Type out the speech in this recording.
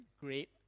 great